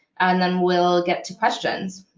and then we'll get to questions.